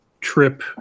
trip